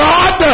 God